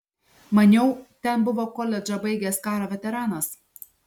maniau ten buvo koledžą baigęs karo veteranas